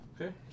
Okay